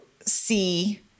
see